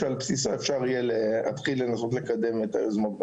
שעל בסיסו אפשר יהיה להתחיל לנסות לקדם את היוזמות.